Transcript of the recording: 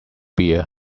beer